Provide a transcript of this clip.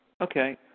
Okay